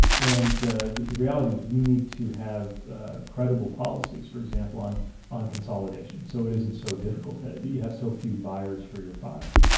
and the the reality is we need to have ah credible policies, for example, on on consolidation so it isn't so difficult that you have so few buyers for your product.